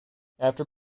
after